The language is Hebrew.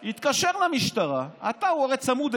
אתה אומר שזה לא אתה, בסדר,